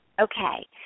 okay